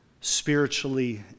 spiritually